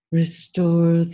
restore